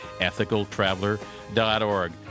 ethicaltraveler.org